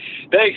Thanks